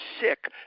sick